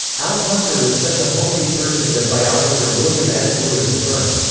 althusser was such a homely person that biographer william s. lewis affirmed,